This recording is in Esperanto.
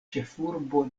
ĉefurbo